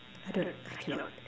I don't I cannot